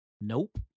Nope